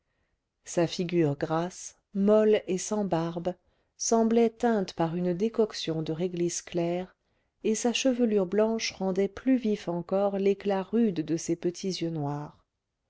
sa figure grasse molle et sans barbe semblait teinte par une décoction de réglisse claire et sa chevelure blanche rendait plus vif encore l'éclat rude de ses petits yeux noirs